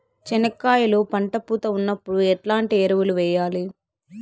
చెనక్కాయలు పంట పూత ఉన్నప్పుడు ఎట్లాంటి ఎరువులు వేయలి?